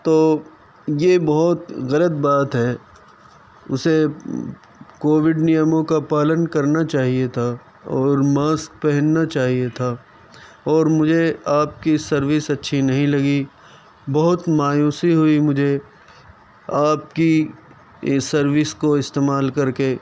تو یہ بہت غلط بات ہے اسے کووڈ نیئموں پالن کرنا چاہیے تھا اور ماسک پہننا چاہیے تھا اور مجھے آپ کی سروس اچھی نہیں لگی بہت مایوسی ہوئی مجھے آپ کی سروس کو استعمال کر کے